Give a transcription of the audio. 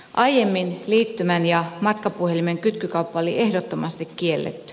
aiemmin liittymän ja matkapuhelimen kytkykauppa oli ehdottomasti kielletty